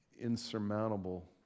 Insurmountable